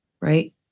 right